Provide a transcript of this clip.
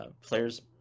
Players